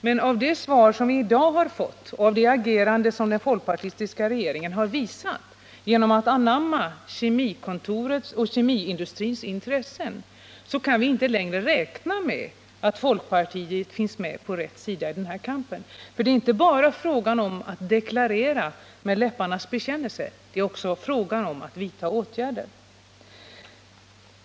Med tanke på det svar som vi i dag har fått och på folkpartiregeringens agerande — den har ju tagit sig an Kemikontorets och kemiindustrins intressen — kan vi inte längre räkna med att folkpartiet finns med på rätt sida i den här kampen. Det är inte bara fråga om läpparnas bekännelse utan också om att vidta åtgärder.